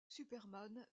superman